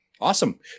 Awesome